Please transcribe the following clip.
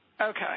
Okay